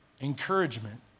encouragement